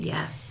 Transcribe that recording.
Yes